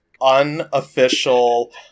unofficial